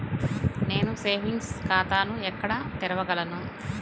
నేను సేవింగ్స్ ఖాతాను ఎక్కడ తెరవగలను?